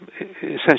essentially